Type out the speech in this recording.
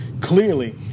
clearly